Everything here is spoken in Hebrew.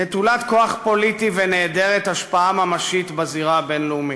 נטולת כוח פוליטי ונעדרת השפעה ממשית בזירה הבין-לאומית.